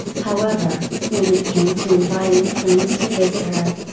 however, when it came to inviting friends to visit her.